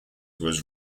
was